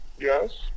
Yes